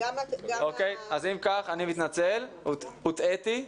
אם כך, אני מתנצל, הוטעיתי.